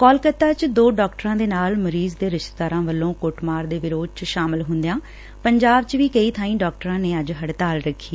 ਕੋਲਕਾਤਾ ਚ ਦੋ ਡਾਕਟਰਾਂ ਦੇ ਨਾਲ ਮਰੀਜ਼ ਦੇ ਰਿਸ਼ਤੇਦਾਰਾਂ ਵੱਲੋ ਕੁੱਟਮਾਰ ਦੇ ਵਿਰੋਧ ਚ ਸ਼ਾਮਲ ਹੂੰਦਿਆਂ ਪੰਜਾਬ ਚ ਵੀ ਕਈ ਬਾਈ ਡਾਕਟਰਾ ਨੇ ਅੱਜ ਹੜਤਾਲ ਰੱਖੀ